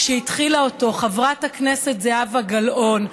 שהתחילה אותו חברת הכנסת זהבה גלאון,